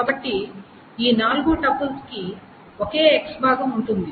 కాబట్టి ఈ నాలుగు టపుల్స్ కి ఒకే X భాగం ఉంటుంది